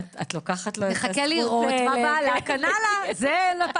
הישיבה ננעלה בשעה